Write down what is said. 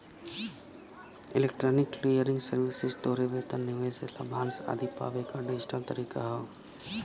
electronic clearing services तोहरे वेतन, निवेश से लाभांश आदि पावे क डिजिटल तरीका हौ